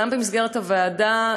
גם במסגרת הוועדה,